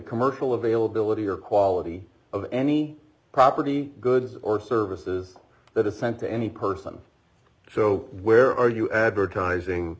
commercial availability or quality of any property goods or services that is sent to any person so where are you advertising